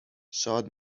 شاد